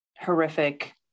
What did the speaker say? horrific